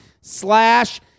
slash